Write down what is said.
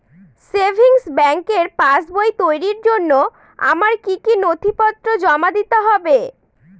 Savings ব্যাংকের পাসবই তৈরির জন্য আমার কি কি নথিপত্র জমা দিতে হবে?